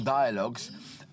dialogues